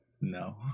No